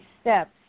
steps